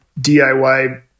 DIY